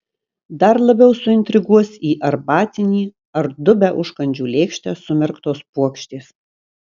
dar labiau suintriguos į arbatinį ar dubią užkandžių lėkštę sumerktos puokštės